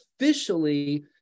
officially